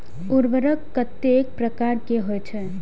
उर्वरक कतेक प्रकार के होई छै?